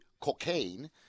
cocaine